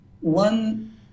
one